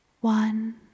one